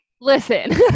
listen